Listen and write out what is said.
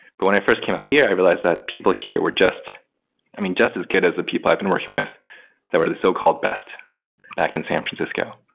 but when i first came out here i realized that people here were just i mean, just as good as the people i've been working with that were these so-called best back in san francisco.